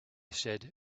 said